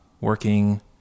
working